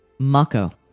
Mako